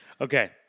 Okay